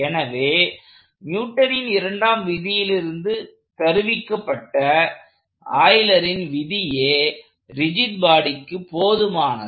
எனவே நியூட்டனின் இரண்டாம் விதியிலிருந்து தருவிக்கப்பட்ட ஆய்லரின் Eulers விதியே ரிஜிட் பாடிக்கு போதுமானது